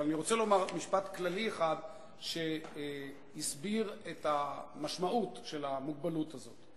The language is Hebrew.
אבל אני רוצה לומר משפט כללי אחד שמסביר את המשמעות של המוגבלות הזאת.